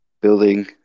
building